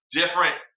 different